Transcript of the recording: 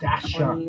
Dasha